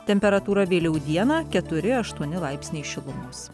temperatūra vėliau dieną keturi aštuoni laipsniai šilumos